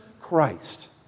Christ